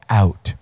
out